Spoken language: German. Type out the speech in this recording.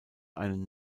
einen